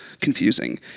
confusing